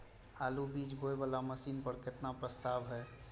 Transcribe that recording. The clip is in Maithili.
आलु बीज बोये वाला मशीन पर केतना के प्रस्ताव हय?